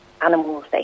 animals